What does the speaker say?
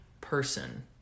person